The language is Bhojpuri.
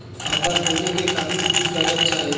खाता खोले के खातिर कुछ कागज चाही?